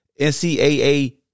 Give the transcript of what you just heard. NCAA